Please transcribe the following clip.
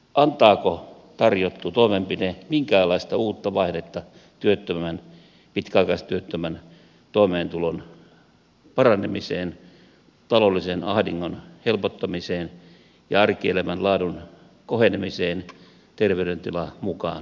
antaako tarjottu toimenpide minkäänlaista uutta vaihdetta työttömän pitkäaikaistyöttömän toimeentulon paranemiseen taloudellisen ahdingon helpottamiseen ja arkielämän laadun kohenemiseen terveydentila mukaan lukien